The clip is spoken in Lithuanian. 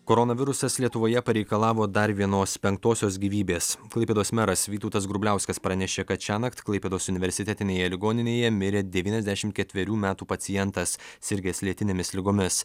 koronavirusas lietuvoje pareikalavo dar vienos penktosios gyvybės klaipėdos meras vytautas grubliauskas pranešė kad šiąnakt klaipėdos universitetinėje ligoninėje mirė devyniasdešimt ketverių metų pacientas sirgęs lėtinėmis ligomis